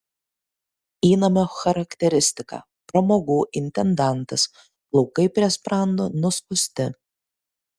įnamio charakteristika pramogų intendantas plaukai prie sprando nuskusti